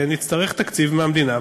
נצטרך תקציב מהמדינה,